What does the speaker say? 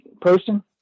person